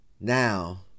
now